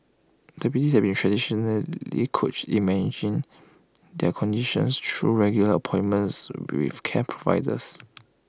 diabetics have been traditionally coach in managing their conditions through regular appointments with care providers